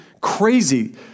crazy